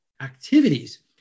activities